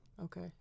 Okay